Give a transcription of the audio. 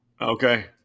Okay